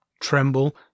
Tremble